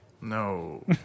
No